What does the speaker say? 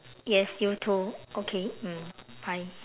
yes you too okay mm bye